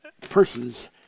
persons